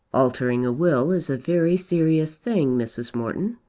altering a will is a very serious thing, mrs. morton.